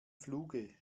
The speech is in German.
fluge